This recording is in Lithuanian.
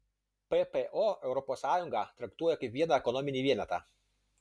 ppo europos sąjungą traktuoja kaip vieną ekonominį vienetą